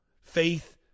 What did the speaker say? Faith